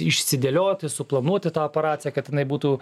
išsidėlioti suplanuoti tą operaciją kad jinai būtų